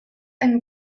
and